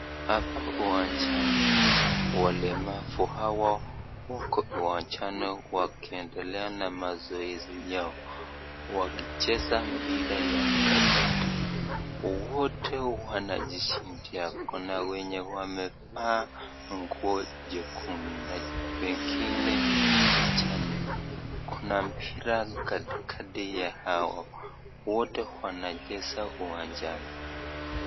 Hapa uwanjani walemavu hawa wako uwanjani wakiendelea na mazoezi yao wakicheza mpira ya kandanda. Wote wanajishindia kuna wenye wamevaa nguo jekundu na wengine kijani, kuna mpira katikati yao wote wanacheza uwanjani.